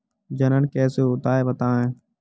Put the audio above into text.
जनन कैसे होता है बताएँ?